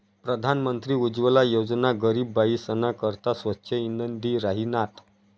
प्रधानमंत्री उज्वला योजना गरीब बायीसना करता स्वच्छ इंधन दि राहिनात